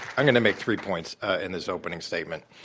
i'm going to make three points in this opening statement.